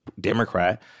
Democrat –